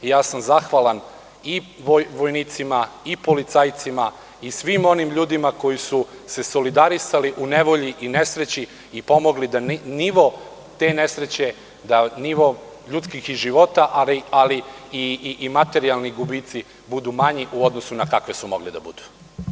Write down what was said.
Zahvalan sam i vojnicima i policajcima i svim onim ljudima koji su se solidarisali u nevolji i nesreći i pomogli da nivo te nesreće, da nivo ljudskih života, ali i materijalni gubici budu manji u odnosu na to kakvi su mogli da budu.